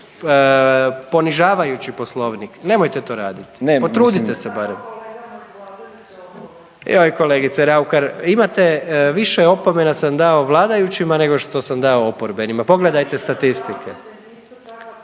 ponižavajući poslovnik nemojte to radit. Potrudite se bare. …/Upadica se ne razumije./… Joj kolegice Raukar imate više opomena sam dao vladajućima nego što sam dao oporbenima, pogledajte statistike.